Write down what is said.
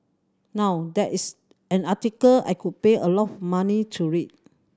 now that is an article I could pay a lot of money to read